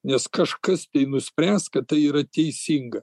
nes kažkas tai nuspręs kad tai yra teisinga